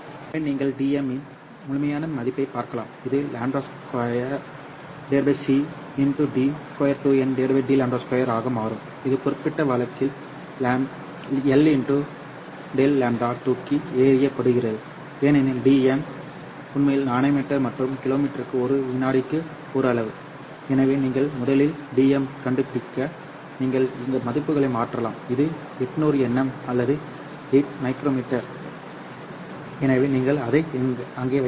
எனவே நீங்கள் Dm இன் முழுமையான மதிப்பைப் பார்க்கலாம் இது λ0 2 c d 2n d λ0 2 ஆக மாறும் இந்த குறிப்பிட்ட வழக்கில் L∆λ தூக்கி எறியப்படுகிறது ஏனெனில் Dm உண்மையில் நானோமீட்டர் மற்றும் கிலோமீட்டருக்கு ஒரு வினாடிக்கு ஒரு அளவு எனவே நீங்கள் முதலில் Dm கண்டுபிடிக்க நீங்கள் இங்கே மதிப்புகளை மாற்றலாம் இது 800nm அல்லது 8 மைக்ரோ மீட்டர் எனவே நீங்கள் அதை அங்கே வைக்கலாம்